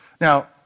Now